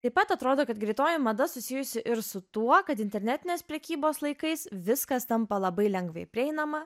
taip pat atrodo kad greitoji mada susijusi ir su tuo kad internetinės prekybos laikais viskas tampa labai lengvai prieinama